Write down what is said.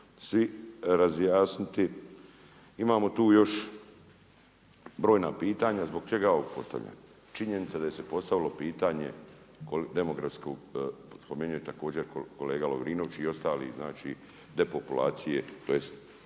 svi razjasniti. Imamo tu još brojna pitanja zbog čega ja ovo postavljam? Činjenica je da je se postavilo pitanje demografskog spomenuo je također kolega Lovrinović i ostali depopulacije tj.